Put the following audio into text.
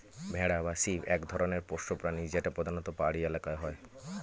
ভেড়া বা শিপ এক ধরনের পোষ্য প্রাণী যেটা প্রধানত পাহাড়ি এলাকায় হয়